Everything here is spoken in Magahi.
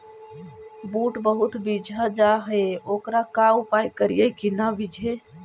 बुट बहुत बिजझ जा हे ओकर का उपाय करियै कि न बिजझे?